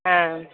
ஆ